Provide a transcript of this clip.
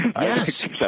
Yes